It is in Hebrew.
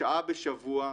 שעה בשבוע,